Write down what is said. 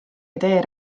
idee